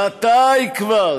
מתי כבר?